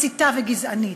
מסיתה וגזענית,